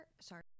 Sorry